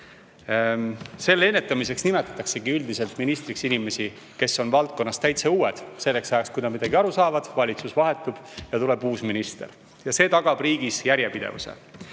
Selle ennetamiseks nimetataksegi üldiselt ministriks inimesi, kes on valdkonnas täiesti uued. Selleks ajaks, kui minister midagi aru saama hakkab, valitsus vahetub ja tuleb uus minister. Ja see tagab riigis järjepidevuse. Aga